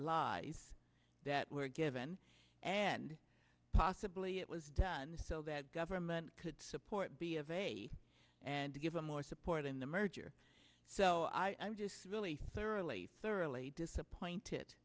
lies that were given and possibly it was done so that government could support b of a and to give them more support in the merger so i'm just really thoroughly thoroughly disappointed